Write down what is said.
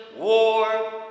War